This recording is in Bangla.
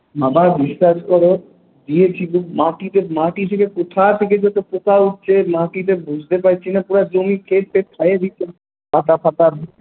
বাবা বিশ্বাস করো দিয়েছিলুম মাটিতে মাটি থেকে কোথা থেকে যে এতো পোকা উঠছে মাটিতে বুঝতে পারছি না পুরো জমি ক্ষেত তেত খেয়ে নিচ্ছে ফাটা ফাটা